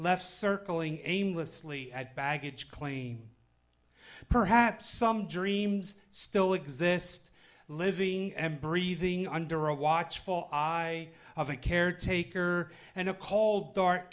left circling aimlessly at baggage claim perhaps some dreams still exist living breathing under a watchful eye of a caretaker and a cold dark